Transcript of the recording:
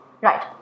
Right